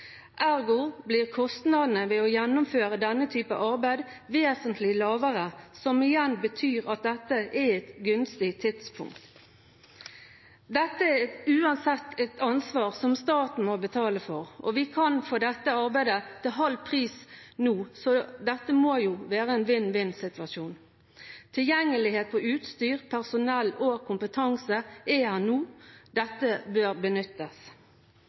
Ergo blir kostnadene ved å gjennomføre denne typen arbeid vesentlig lavere, som igjen betyr at dette er et gunstig tidspunkt. Dette er uansett et ansvar som staten må betale for, og vi kan få dette arbeidet til halv pris nå, så dette må jo være en vinn-vinn-situasjon. Tilgjengelighet på utstyr, personell og kompetanse er her nå. Dette bør benyttes.